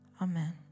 Amen